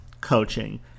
coaching